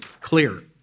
clear